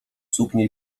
suknie